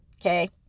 okay